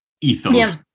ethos